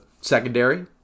secondary